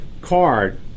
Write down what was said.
card